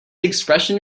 expression